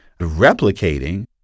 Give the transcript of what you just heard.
replicating